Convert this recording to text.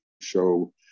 show